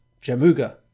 Jamuga